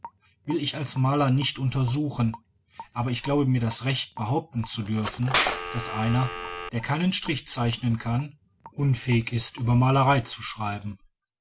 will ich als maler nicht untersuchen aber das glaube ich mit recht behaupten zu dürfen daß einer der keinen strich zeichnen kann unfähig ist über malerei zu schreiben